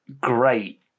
great